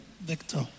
Victor